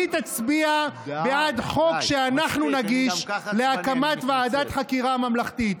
היא תצביע בעד חוק שאנחנו נגיש להקמת ועדת חקיקה ממלכתית.